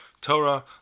Torah